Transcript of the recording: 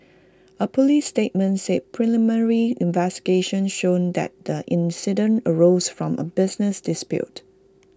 A Police statement said preliminary investigations showed that the incident arose from A business dispute